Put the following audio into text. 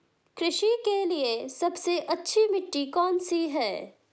कृषि के लिए सबसे अच्छी मिट्टी कौन सी है?